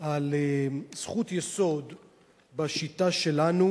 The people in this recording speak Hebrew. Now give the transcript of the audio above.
על זכות יסוד בשיטה שלנו,